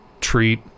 treat